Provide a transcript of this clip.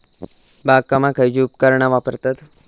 बागकामाक खयची उपकरणा वापरतत?